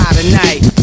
tonight